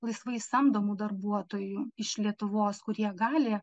laisvai samdomų darbuotojų iš lietuvos kurie gali